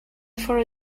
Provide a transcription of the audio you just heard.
for